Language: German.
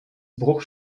bruch